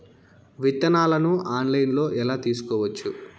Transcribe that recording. విత్తనాలను ఆన్లైన్లో ఎలా తీసుకోవచ్చు